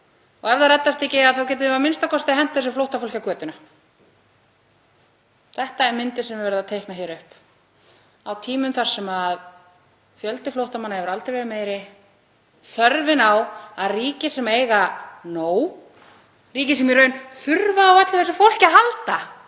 og ef það reddast ekki þá getum við a.m.k. hent þessu flóttafólki á götuna. Þetta er myndin sem er verið að teikna hér upp á tímum þegar fjöldi flóttamanna hefur aldrei verið meiri, þörfin á að ríki sem eiga nóg, ríki sem í raun þurfa á öllu þessu fólki að halda